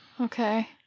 Okay